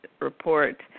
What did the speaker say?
report